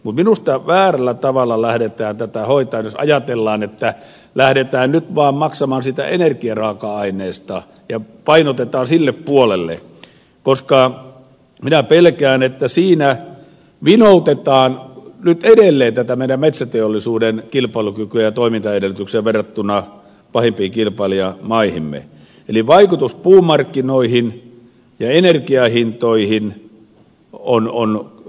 mutta minusta väärällä tavalla lähdetään tätä hoitamaan jos ajatellaan että lähdetään nyt vaan maksamaan siitä energiaraaka aineesta ja painotetaan sille puolelle koska minä pelkään että siinä vinoutetaan nyt edelleen tätä meidän metsäteollisuutemme kilpailukykyä ja toimintaedellytyksiä verrattuna pahimpiin kilpailijamaihimme eli vaikutus puumarkkinoihin ja energianhintoihin on kielteinen